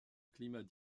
climat